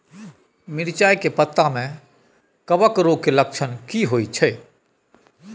मिर्चाय के पत्ता में कवक रोग के लक्षण की होयत छै?